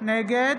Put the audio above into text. נגד